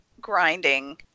grinding